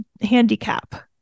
handicap